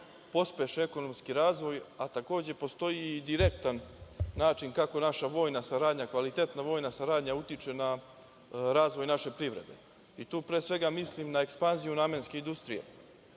pospeše ekonomski razvoj, a takođe postoji i direktan način kako naša vojna saradnja, kvalitetna vojna saradnja utiče na razvoj naše privrede. Tu pre svega mislim na ekspanziju namenske industrije,